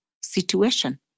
situation